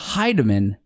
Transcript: Heidemann